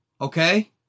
okay